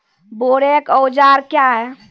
बोरेक औजार क्या हैं?